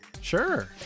Sure